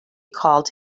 called